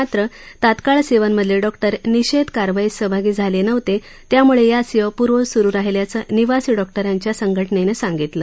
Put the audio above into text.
मात्र तात्काळ सेवांमधले डॉक्टर निषेध कारवाईत सहभागी झाले नव्हते त्यामुळे या सेवा पूर्ववत सुरू राहिल्याचं निवासी डॉक्टरांच्या संघटनेनं सांगितलं